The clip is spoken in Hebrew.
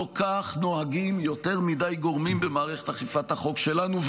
לא כך נוהגים יותר מדי גורמים במערכת אכיפת החוק שלנו,